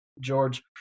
George